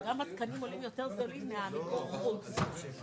זה עולה 19,000 שקל.